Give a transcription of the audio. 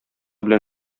белән